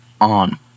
on